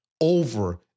over